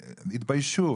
התביישו,